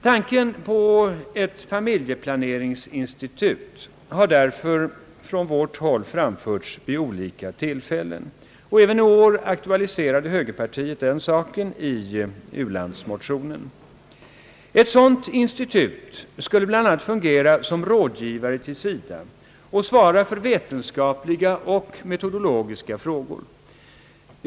Tanken på ett familjeplaneringsinstitut har därför vid olika tillfällen förts fram av oss, och även i år aktualiserade högerpartiet den saken i ulandsmotionen. Ett sådant institut skulle bl.a. fungera som rådgivare till SIDA och svara för vetenskapliga och metodologiska frågor.